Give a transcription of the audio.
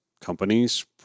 companies